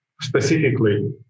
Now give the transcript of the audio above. specifically